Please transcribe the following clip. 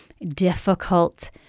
difficult